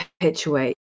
perpetuate